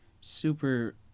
super